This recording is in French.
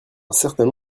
certains